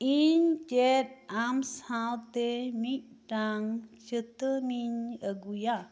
ᱤᱧ ᱪᱮᱫ ᱟᱢ ᱥᱟᱶᱛᱮ ᱢᱤᱫᱴᱟᱝ ᱪᱟᱹᱛᱟᱹᱱᱤᱧ ᱟᱹᱜᱩᱭᱟ